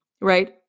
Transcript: right